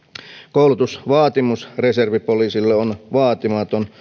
koulutusvaatimus reservipoliisille on vaatimaton ottaen